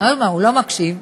הוא לא מקשיב.